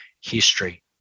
history